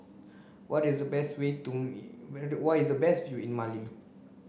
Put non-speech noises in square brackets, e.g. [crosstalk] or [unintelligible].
what is the best we to me [unintelligible] where is the best [unintelligible] in Mali